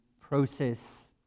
process